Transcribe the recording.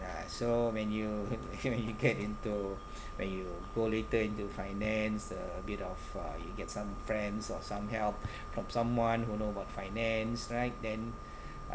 ya so when you when you get into when you go later into finance uh a bit of uh you get some friends or some help from someone who know about finance right then